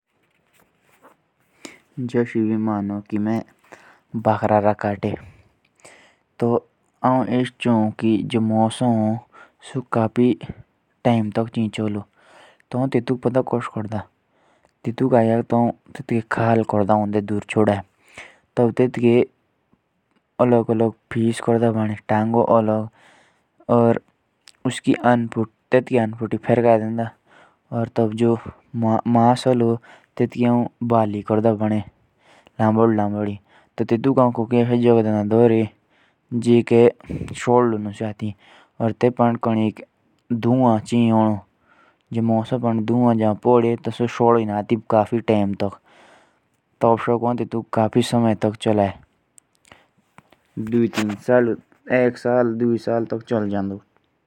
जैसे हम बकरा काटते हैं। तो हम पहले तो उसकी खाल निकाल देंगे और फिर उसके बाद उसके पीस पीस बनाकर उसकी बाली बनाएंगे। फिर उसे सही जगह रखेंगे जहां सूखा हो तब वो देर तक टिकेगा।